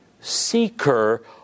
seeker